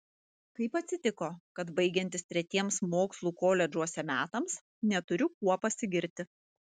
kaip atsitiko kad baigiantis tretiems mokslų koledžuose metams neturiu kuo pasigirti